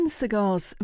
cigars